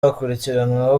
akurikiranweho